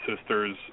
Sisters